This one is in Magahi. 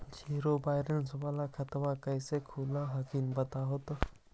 जीरो बैलेंस वाला खतवा कैसे खुलो हकाई बताहो तो?